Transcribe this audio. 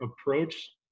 approach